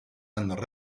and